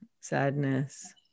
sadness